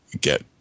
get